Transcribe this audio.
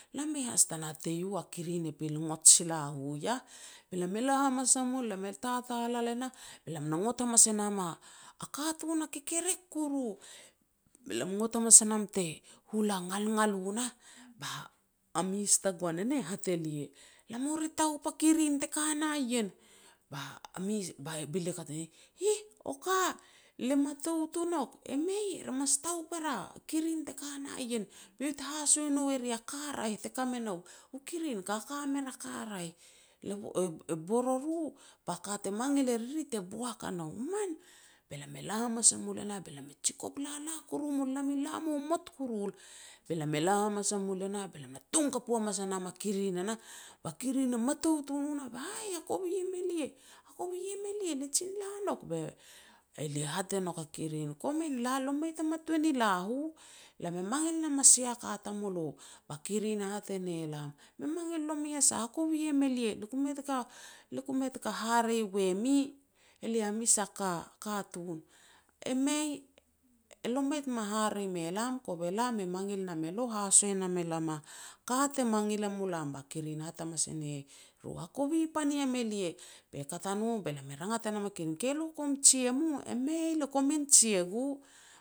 Lam mei has ta natei u a kirin e pil ngot sila u iah. Be lam e la hamas a mul, lam i tatal al e nah, be lam na ngot hamas e nam a katun a kekerek kuru. Be lam e ngot hamas e nam te hula ngalngal u nah, ba a mes tagoan e nah hat e lia, "Lamu re taup a kirin te ka na ien", ba mes, be lia kat ua nouk e heh, "Eih, o ka lia matout o nouk", "E mei, re mas taup er a kirin te ka na ien, be iau te haso e nou e ri a ka raeh te ka me nou, u kirin kaka mer a ka raeh, e bor o ru ba ka te mangil e riri te boak a no." "Man." Be lam e la hamas a mul e nah be lam e jikop lala kuru mul lam i la momot kurul. Be lam e la hamas a mul e nah be lam e tom kapu hamas ne nam a kirin e nah ba kirin e matout o no nah, "Aih, hakovi em elia, hakovi em elia le jin la nouk." Be lia hat e nouk a kirin, "Komin la, lo mu mei tama tuan ni la u. Lam mangil nam a sia ka tamulo." Ba kirin e hat e ne lam, "Me mangil e nomi a sah, hakovi im elia, lia ku mei-lia ku mei taka hare we mi, elia mes a ka-katun." "E mei elo mu mei tama hare we lam, kove lam e mangil nam elo haso e nom elam a ka te mangil e mulam." "Yo, hakovi pan iam elia." Be kat a no be lam e rangat e nam a kirin, "Ke lo komin jia mu?" "E mei lia komin jia gu."